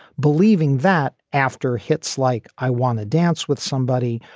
believing that after hits like i wanna dance with somebody,